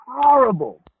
horrible